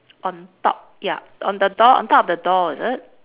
on top ya on the door on top of the door is it